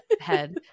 head